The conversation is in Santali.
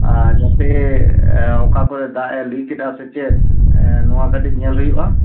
ᱟᱨ ᱡᱟᱛᱮ ᱚᱠᱟ ᱠᱚᱨᱮ ᱫᱟᱜᱼᱮ ᱞᱤᱠ ᱮᱫᱟ ᱥᱮ ᱪᱮᱫ ᱱᱚᱣᱟ ᱠᱟᱹᱴᱤᱡ ᱧᱮᱞ ᱦᱩᱭᱩᱜᱼᱟ